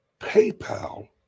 PayPal